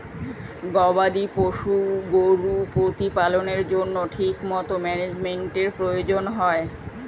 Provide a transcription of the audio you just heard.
গবাদি পশু গরুর প্রতিপালনের জন্য ঠিকমতো ম্যানেজমেন্টের প্রয়োজন হয়